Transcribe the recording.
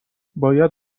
باید